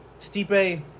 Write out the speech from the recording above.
Stipe